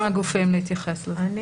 אני אבקש מהגופים להתייחס לזה.